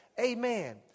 Amen